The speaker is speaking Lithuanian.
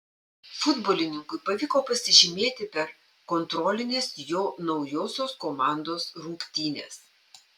futbolininkui pavyko pasižymėti per kontrolines jo naujosios komandos rungtynes